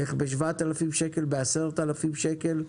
שבכסף קטן, איך ב-7,000 שקלים, ב-10,000 שקלים,